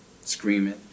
screaming